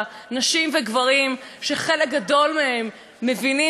שחלק גדול מהם מבינים את המצוקה המאוד-מאוד גדולה,